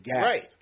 Right